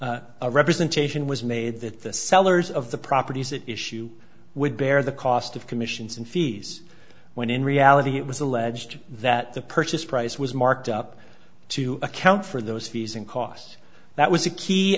a representation was made that the sellers of the properties at issue would bear the cost of commissions and fees when in reality it was alleged that the purchase price was marked up to account for those fees and costs that was a key